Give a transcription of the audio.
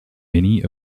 many